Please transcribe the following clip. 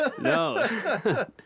No